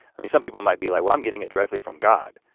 i mean some people might be like well i'm getting it directly from god